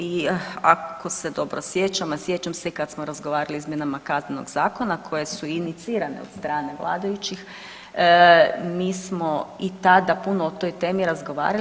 I ako se dobro sjećam, a sjećam se kad smo razgovarali o izmjenama Kaznenog zakona koje su inicirane od strane vladajućih mi smo i tada puno o toj temi razgovarali.